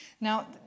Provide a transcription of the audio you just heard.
Now